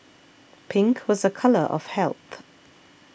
pink was a colour of health